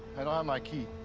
i don't have my key.